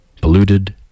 polluted